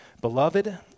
Beloved